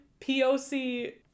POC